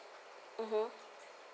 mmhmm